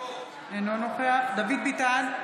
אינו נוכח דוד ביטן,